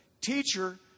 Teacher